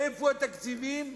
איפה התקציבים,